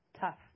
tough